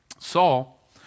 Saul